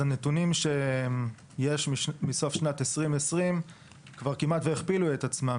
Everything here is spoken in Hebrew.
הנתונים מסוף שנת 2020 מראים שכבר כמעט והכפילו את הנתונים עצמם.